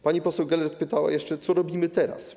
Pani poseł Gelert pytała jeszcze o to, co robimy teraz.